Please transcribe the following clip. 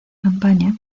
campaña